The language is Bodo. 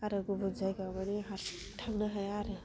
आरो गुबुन जायगायाव मानि हारसिं थांनो हाया आरो